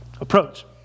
approach